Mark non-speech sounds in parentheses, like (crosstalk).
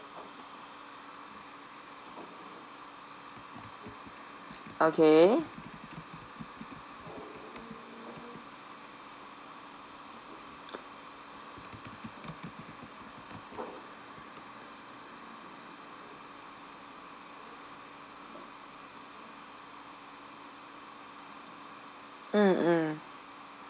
okay (noise) mm mm